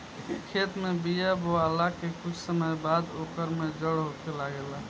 खेत में बिया बोआला के कुछ समय बाद ओकर में जड़ होखे लागेला